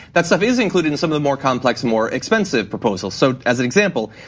that stuff is included in some of the more complex more expensive proposals. so as an example,